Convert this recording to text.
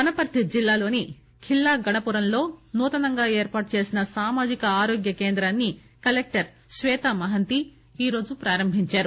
వనపర్తి జిల్లాలోని ఖిల్లా గణపురంలో నూతనంగా ఏర్పాటు చేసిన సామాజిక ఆరోగ్య కేంద్రాన్ని కలెక్టర్ శ్వేతా మహంతి ఈరోజు ప్రారంభించారు